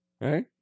Right